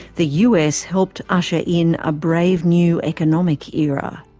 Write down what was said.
the us helped usher in a brave new economic era.